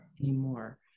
anymore